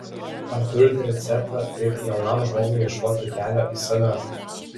ar turite receptą kaip jaunam žmogui ieškoti kelio į save